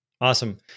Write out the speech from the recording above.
Awesome